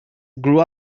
grew